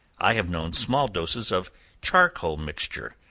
i have known small doses of charcoal mixture,